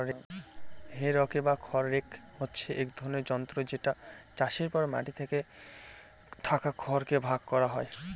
হে রকে বা খড় রেক হচ্ছে এক ধরনের যন্ত্র যেটা চাষের পর মাটিতে থাকা খড় কে ভাগ করা হয়